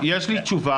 לא, יש לי תשובה.